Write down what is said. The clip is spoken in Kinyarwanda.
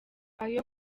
ayo